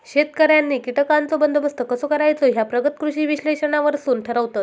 शेतकऱ्यांनी कीटकांचो बंदोबस्त कसो करायचो ह्या प्रगत कृषी विश्लेषणावरसून ठरवतत